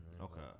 Okay